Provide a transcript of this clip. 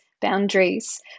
boundaries